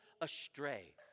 astray